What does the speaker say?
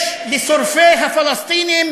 יש לשורפי הפלסטינים